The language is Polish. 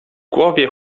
głowie